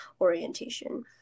orientation